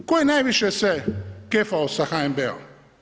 Tko je najviše se kefao sa HNB-om?